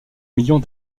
millions